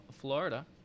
Florida